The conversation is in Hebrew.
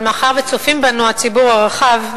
אבל מאחר שצופים בנו הציבור הרחב,